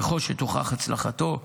וככל שתוכח הצלחתו,